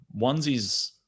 onesies